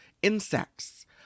Insects